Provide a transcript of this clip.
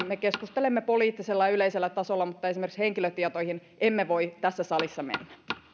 me keskustelemme poliittisella ja yleisellä tasolla mutta esimerkiksi henkilötietoihin emme voi tässä salissa mennä